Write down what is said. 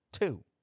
two